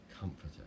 Comforter